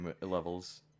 levels